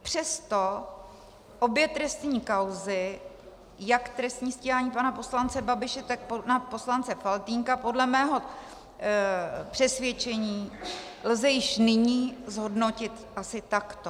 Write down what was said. Přesto obě trestní kauzy, jak trestní stíhání pana poslance Babiše, tak pana poslance Faltýnka, podle mého přesvědčení lze již nyní zhodnotit asi takto.